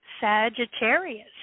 Sagittarius